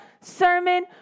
sermon